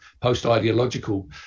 post-ideological